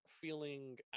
feeling